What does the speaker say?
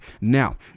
Now